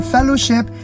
Fellowship